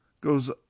goes